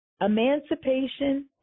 Emancipation